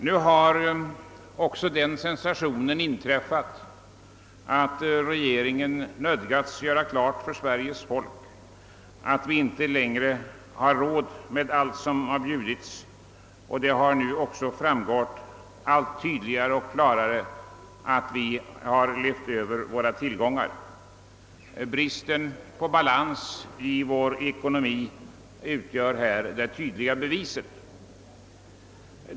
Nu har också den sensationen inträffat, att regeringen nödgats göra klart för Sveriges folk att vi inte längre har råd med allt som har bjudits. Det har nu också framgått allt tydligare och klarare att vi har levat över våra tillgångar. Bristen på balans i vår ekonomi utgör härvidlag det tydliga beviset.